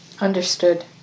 understood